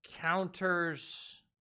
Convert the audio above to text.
counters